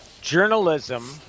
Journalism